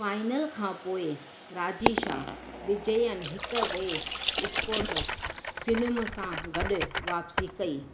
final खां पोइ राजिशा विजयन हिक ॿिए स्पोटस फिल्म सां गॾु वापसी कई